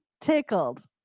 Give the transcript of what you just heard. tickled